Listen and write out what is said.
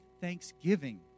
thanksgiving